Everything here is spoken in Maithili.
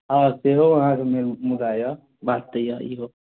हँ सेहो अहाँके मेन मुद्दा यए बात तऽ यए इहो